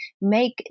make